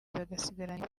bagasigarana